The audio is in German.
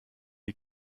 die